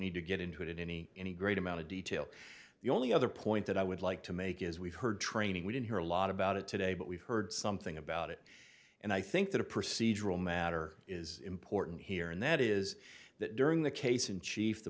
need to get into it in any any great amount of detail the only other point that i would like to make is we've heard training we don't hear a lot about it today but we've heard something about it and i think that a procedural matter is important here and that is that during the case in chief the